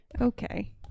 Okay